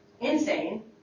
insane